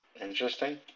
Interesting